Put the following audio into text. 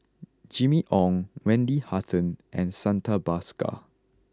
Jimmy Ong Wendy Hutton and Santha Bhaskar